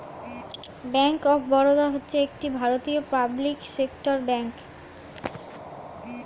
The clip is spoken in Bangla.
ব্যাঙ্ক অফ বরোদা হচ্ছে একটি ভারতীয় পাবলিক সেক্টর ব্যাঙ্ক